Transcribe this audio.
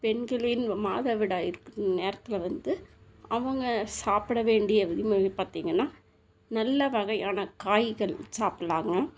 பெண்களின் மாதவிடாய் இருக்கிற நேரத்தில் வந்து அவங்க சாப்பிட வேண்டிய விதிமுறைகள் பார்த்திங்கன்னா நல்ல வகையான காய்கள் சாப்பிடலாங்க